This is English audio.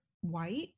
white